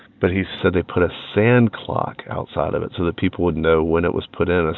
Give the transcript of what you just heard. but he said they put a sand clock outside of it so that people would know when it was put in.